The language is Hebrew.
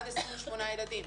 עד 28 ילדים.